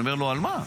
אני אומר לו: על מה?